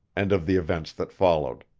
and of the events that followed.